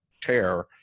tear